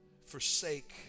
forsake